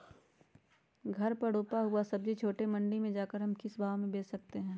घर पर रूपा हुआ सब्जी छोटे मंडी में जाकर हम किस भाव में भेज सकते हैं?